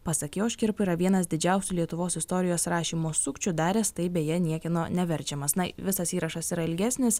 pasak jo škirpa yra vienas didžiausių lietuvos istorijos rašymo sukčių daręs tai beje niekieno neverčiamas na visas įrašas yra ilgesnis